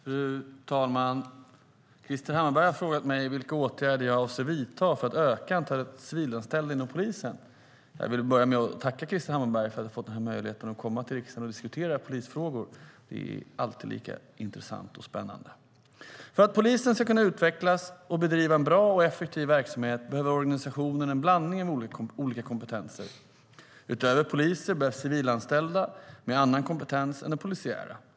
Fru talman! Krister Hammarbergh har frågat mig vilka åtgärder jag avser att vidta för att öka antalet civilanställda inom polisen. För att polisen ska kunna utveckla och bedriva en bra och effektiv verksamhet behöver organisationen en blandning av olika kompetenser. Utöver poliser behövs civilanställda med annan kompetens än den polisiära.